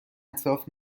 اطراف